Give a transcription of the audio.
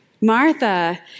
Martha